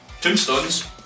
Tombstones